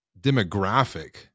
demographic